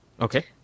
Okay